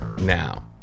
Now